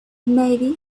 maybe